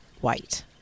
white